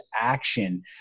action